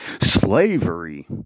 Slavery